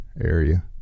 area